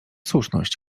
słuszność